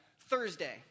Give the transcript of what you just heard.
Thursday